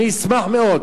אני אשמח מאוד.